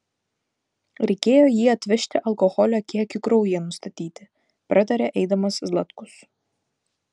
reikėjo jį atvežti alkoholio kiekiui kraujyje nustatyti pratarė eidamas zlatkus